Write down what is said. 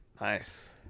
Nice